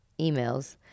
emails